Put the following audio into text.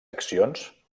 accions